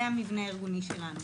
זה המבנה הארגוני שלנו.